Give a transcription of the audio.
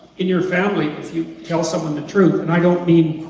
in your family, if you tell someone the truth and i don't mean.